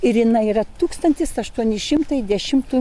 ir jinai yra tūkstantis aštuoni šimtai dešimtų